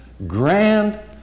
grand